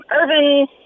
Irvin